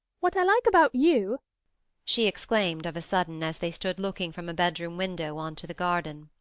what i like about you she exclaimed of a sudden, as they stood looking from a bedroom window on to the garden,